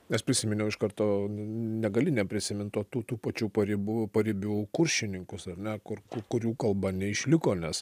nes prisiminiau iš karto negali neprisimint to tų tų pačių paribų paribių kuršininkus ar ne kur kurių kalba neišliko nes